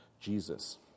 Jesus